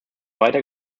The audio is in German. weiter